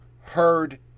heard